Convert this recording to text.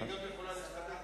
זה לא היה ברור.